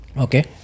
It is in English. Okay